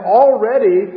already